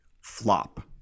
Flop